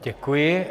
Děkuji.